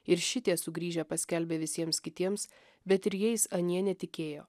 ir šitie sugrįžę paskelbė visiems kitiems bet ir jais anie netikėjo